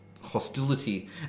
hostility